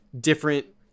different